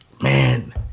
man